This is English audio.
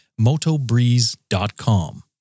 MotoBreeze.com